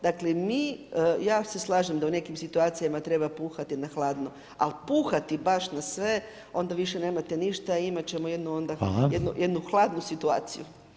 Dakle, mi, ja se slažem da u nekim situacijama treba puhati i na hladno, ali puhati baš na sve, onda više nemate ništa, a imati ćemo onda jednu hladnu situaciju.